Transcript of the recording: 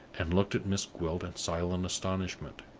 and looked at miss gwilt in silent astonishment.